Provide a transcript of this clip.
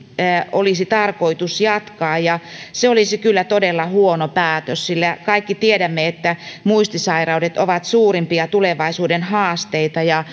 olisi tarkoitus jatkaa se olisi kyllä todella huono päätös sillä kaikki tiedämme että muistisairaudet ovat suurimpia tulevaisuuden haasteita ja